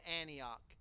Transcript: Antioch